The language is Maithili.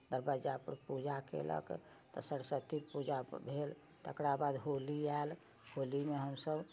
दरब्बजापर पूजा केलक तऽ सरस्वती पूजा भेल तकरा बाद होली आएल होलीमे हमसब